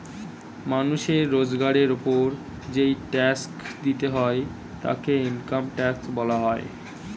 মানুষের রোজগারের উপর যেই ট্যাক্স দিতে হয় তাকে ইনকাম ট্যাক্স বলা হয়